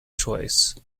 choice